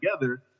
together